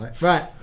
Right